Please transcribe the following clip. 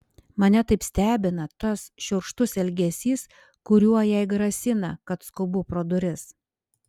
mane taip stebina tas šiurkštus elgesys kuriuo jai grasina kad skubu pro duris